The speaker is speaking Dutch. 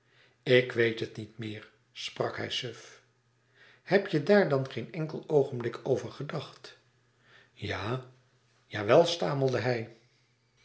ik weet het niet meer sprak hij suf heb je daar dan geen enkel oogenblik over gedacht ja jawel stamelde hij